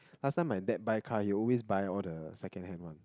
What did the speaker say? last time my dad buy car he always buy all the second hand one